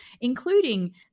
including